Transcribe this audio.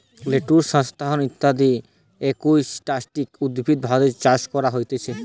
lettuce, hyacinth ইত্যদি aquatic উদ্ভিদ ভারতে চাষ করা হতিছে